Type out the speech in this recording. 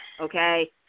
okay